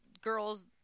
girls